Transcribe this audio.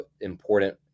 important